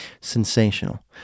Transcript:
sensational